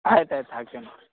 ಆಯ್ತು ಆಯ್ತು ಹಾಗೇ ಮಾಡಿರಿ